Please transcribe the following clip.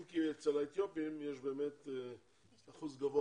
אם כי אצל האתיופים יש באמת אחוז גבוה